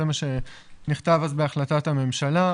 זה מה שנכתב אז בהחלטת הממשלה.